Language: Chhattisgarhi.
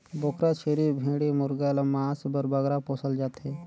बोकरा, छेरी, भेंड़ी मुरगा ल मांस बर बगरा पोसल जाथे